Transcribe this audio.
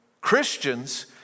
Christians